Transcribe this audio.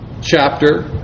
chapter